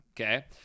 Okay